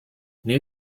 new